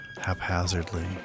haphazardly